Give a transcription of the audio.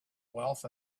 wealth